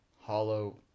hollow